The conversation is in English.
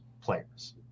players